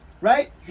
right